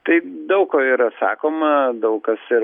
tai daug ko yra sakoma daug kas ir